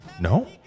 No